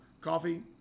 Coffee